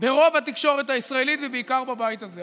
ברוב התקשורת הישראלית, ובעיקר בבית הזה.